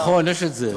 נכון, יש את זה.